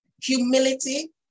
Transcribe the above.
Humility